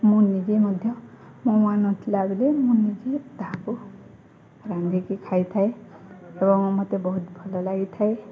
ମୁଁ ନିଜେ ମଧ୍ୟ ମୋ ମା' ନଥିଲା ବେଳେ ମୁଁ ନିଜେ ତାହାକୁ ରାନ୍ଧିକି ଖାଇଥାଏ ଏବଂ ମୋତେ ବହୁତ ଭଲ ଲାଗିଥାଏ